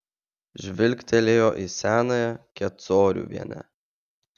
žvilgtelėjo į senąją kecoriuvienę